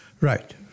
Right